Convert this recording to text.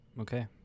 Okay